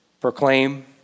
proclaim